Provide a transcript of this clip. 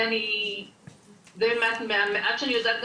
זה מהמעט שאני יודעת,